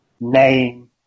name